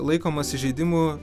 laikomas įžeidimu